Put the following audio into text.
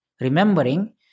remembering